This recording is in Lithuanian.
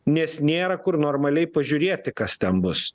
nes nėra kur normaliai pažiūrėti kas ten bus